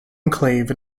enclave